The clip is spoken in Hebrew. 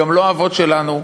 גם לא האבות שלנו.